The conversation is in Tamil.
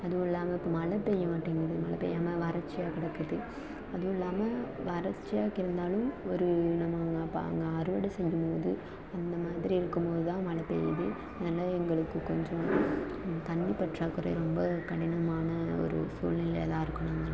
அதுவும் இல்லாமல் இப்போ மழை பெய்ய மாட்டேங்கிது மழை பெய்யாமல் வறட்சியாக கிடக்குது அதுவும் இல்லாமல் வறட்சியாக இருந்தாலும் ஒரு நம்ம அப்போ அங்கே அறுவடை செய்யும் போது அந்த மாதிரி இருக்கும் போது தான் மழை பெய்யுது அதனால் எங்களுக்கு கொஞ்சம் தண்ணி பற்றாக்குறை ரொம்ப கடினமான ஒரு சூழ்நிலையாக தான் இருக்கணும் அங்கேலான்